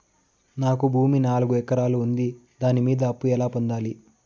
నాకు భూమి నాలుగు ఎకరాలు ఉంది దాని మీద అప్పు ఎలా పొందాలి?